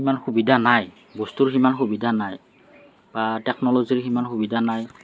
ইমান সুবিধা নাই বস্তুৰ সিমান সুবিধা নাই বা টেকনলজিৰ সিমান সুবিধা নাই